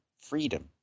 freedom